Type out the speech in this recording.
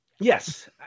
Yes